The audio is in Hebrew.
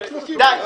די.